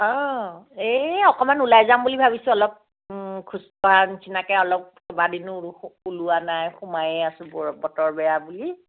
অ' এই অকণমান ওলাই যাম বুলি ভাবিছোঁ অলপ খোজ কঢ়া নিচিনাকৈ অলপ কেইবাদিনো ওলোৱা নাই সোমাইয়ে আছোঁ বৰ বতৰ বেয়া বুলি